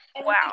Wow